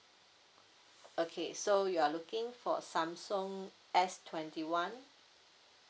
okay so you are looking for samsung S twenty one